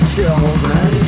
Children